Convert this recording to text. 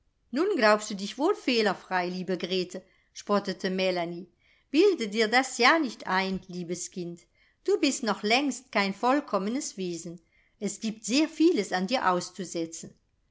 nun glaubst du dich wohl fehlerfrei liebe grete spottete melanie bilde dir das ja nicht ein liebes kind du bist noch längst kein vollkommnes wesen es giebt sehr vieles an dir auszusetzen